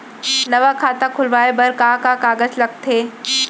नवा खाता खुलवाए बर का का कागज लगथे?